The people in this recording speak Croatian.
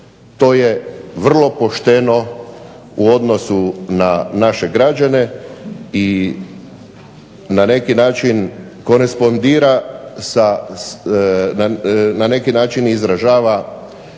To je vrlo pošteno u odnosu na naše građane i na neki način korespondira, na neki način izražava